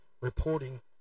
reporting